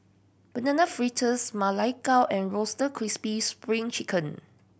Banana Fritters Ma Lai Gao and Roasted Crispy Spring Chicken